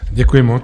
Děkuji moc.